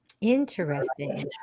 Interesting